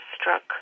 struck